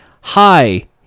Hi